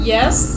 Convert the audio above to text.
Yes